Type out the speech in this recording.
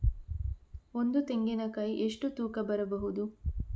ಒಂದು ತೆಂಗಿನ ಕಾಯಿ ಎಷ್ಟು ತೂಕ ಬರಬಹುದು?